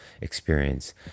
experience